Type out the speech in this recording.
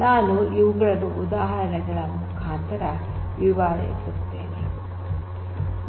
ನಾನು ಇವುಗಳನ್ನು ಉದಾಹರಣೆಗಳ ಮುಖಾಂತರ ವಿವರಿಸುತ್ತೇನೆ